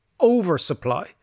oversupply